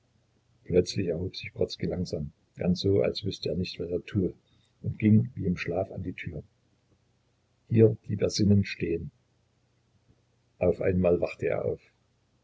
plötzlich erhob sich grodzki langsam ganz so als wüßte er nicht was er tue er ging wie im schlaf an die tür hier blieb er sinnend stehen auf einmal wachte er auf